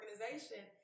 organization